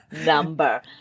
number